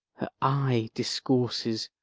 her eye discourses,